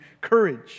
courage